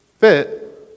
Fit